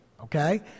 Okay